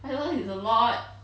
five dollars is a lot